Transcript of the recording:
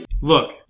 Look